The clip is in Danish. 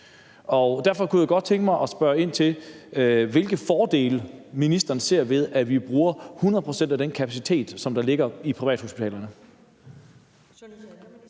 Derfor kunne jeg godt tænke mig at spørge ind til, hvilke fordele ministeren ser ved, at vi bruger 100 pct. af den kapacitet, der ligger i privathospitalerne.